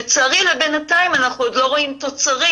לצערי בינתיים אנחנו עוד לא רואים תוצרים,